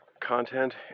Content